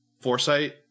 foresight